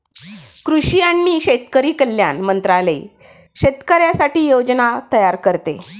कृषी आणि शेतकरी कल्याण मंत्रालय शेतकऱ्यांसाठी योजना तयार करते